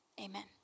Amen